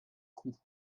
coût